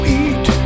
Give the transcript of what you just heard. eat